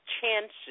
chances